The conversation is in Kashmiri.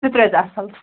سُہ تہِ روزِ اصٕل